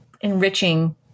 enriching